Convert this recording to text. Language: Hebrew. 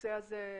לנושא הזה יש